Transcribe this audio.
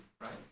Right